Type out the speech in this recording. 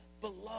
beloved